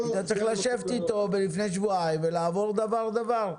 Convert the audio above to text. היית צריך לשבת איתו ולפני שבועיים ולעבור דבר דבר.